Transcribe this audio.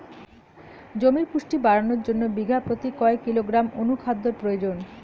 জমির পুষ্টি বাড়ানোর জন্য বিঘা প্রতি কয় কিলোগ্রাম অণু খাদ্যের প্রয়োজন?